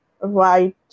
right